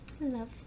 love